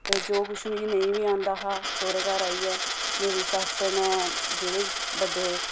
ते जो कुछ मि नेई बी आंदा हा सौह्रै घर आइयै मेरी सस्स नै मि जेह्ड़े बड्डे